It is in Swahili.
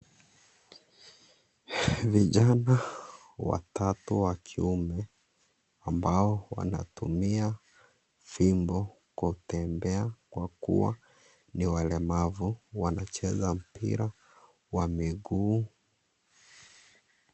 Vijana watatu wakiume ambao wanatumia fimbo kutembea. Kwa kuwa ni walemavu wanacheza mpira wa miguu.